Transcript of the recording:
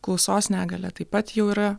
klausos negalia taip pat jau yra